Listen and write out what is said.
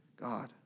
God